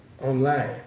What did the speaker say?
Online